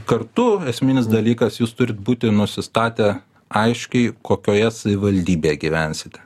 kartu esminis dalykas jūs turit būti nusistatę aiškiai kokioje savivaldybėje gyvensite